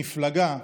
מפלגה,